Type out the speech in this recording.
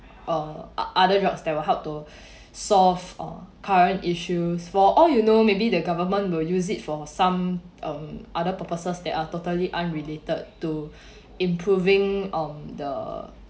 err other drugs that will help to solve on current issues for all you know maybe the government will use it for some um other purposes that are totally unrelated to improving um the